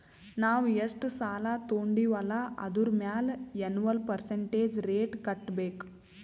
ನಾವ್ ಎಷ್ಟ ಸಾಲಾ ತೊಂಡಿವ್ ಅಲ್ಲಾ ಅದುರ್ ಮ್ಯಾಲ ಎನ್ವಲ್ ಪರ್ಸಂಟೇಜ್ ರೇಟ್ ಕಟ್ಟಬೇಕ್